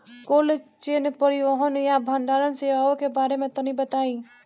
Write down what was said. Cold chain परिवहन या भंडारण सेवाओं के बारे में तनी बताई?